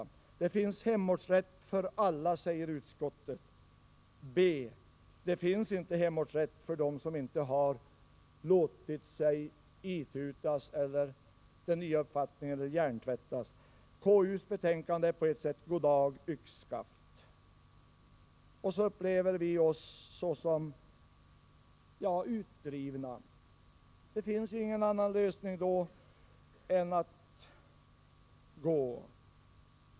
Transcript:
Det finns hemortsrätt för alla, säger utskottet. Nej, det finns inte hemortsrätt för dem som inte har låtit sig itutas den nya uppfattningen eller låtit sig hjärntvättas. Konstitutionsutskottets betänkande är på ett sätt god dag — yxskaft. Vi upplever oss såsom utdrivna. Det finns då ingen annan lösning än att gå.